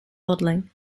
modelling